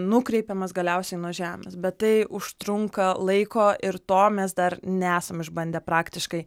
nukreipiamas galiausiai nuo žemės bet tai užtrunka laiko ir to mes dar nesam išbandę praktiškai